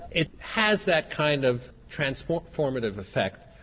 it has that kind of transformative effect.